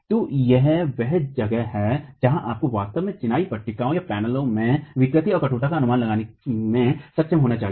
तो यह वह जगह है जहाँ आपको वास्तव में चिनाई पट्टिकाओंपैनलों में विकृति और कठोरता का अनुमान लगाने में सक्षम होना चाहिए